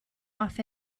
off